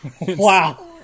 Wow